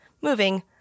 moving